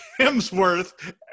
Hemsworth